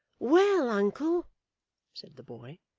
well, uncle said the boy,